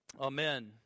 Amen